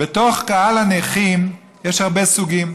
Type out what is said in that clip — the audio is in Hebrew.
בתוך קהל הנכים יש הרבה סוגים: